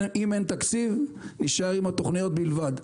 אם אין תקציב, נישאר עם התוכניות בלבד.